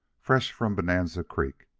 fresh from bonanza creek.